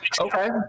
okay